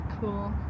Cool